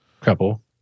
couple